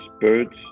birds